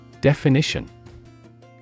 Definition